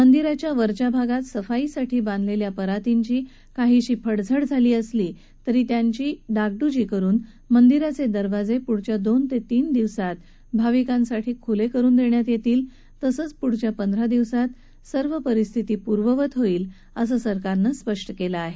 मंदिराच्या वरच्या भागात सफाईसाठी बांधलेल्या परातींची काहीशी पडझड झाली असली तरी त्याची डागडुजी करुन मंदिराचे दरवाजे पुढच्या दोन ते तीन दिवसांत भाविकांसाठी खुले करून देण्यात येतील तसंच पुढच्या पंधरा दिवसात येथील सर्व परिस्थिती पूर्ववत होईल असं सरकारनं स्पष्ट केलं आहे